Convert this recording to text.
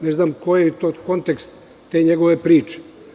Ne znam koji je to kontekst te njegove priče?